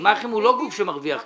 הגמ"חים הוא לא גוף שמרוויח כסף.